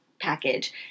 package